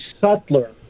sutler